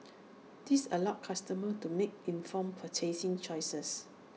this allows customers to make informed purchasing choices